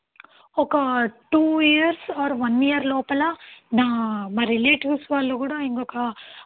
ఒక two years or one year లోపల నా మా రిలేటివ్స్ వాళ్ళు కూడా ఇంకొక